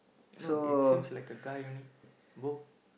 no it seems like a guy only both